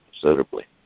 considerably